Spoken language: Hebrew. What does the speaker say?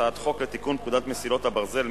הצעת חוק לתיקון פקודת מסילות הברזל (מס'